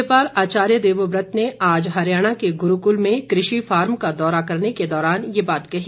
राज्यपाल आचार्य देवव्रत ने आज हरियाणा के गुरूकुल में कृषि फार्म का दौरा करने के दौरान ये बात कही